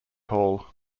hall